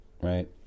right